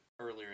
earlier